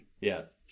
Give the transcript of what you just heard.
Yes